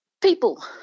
people